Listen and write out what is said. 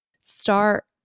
start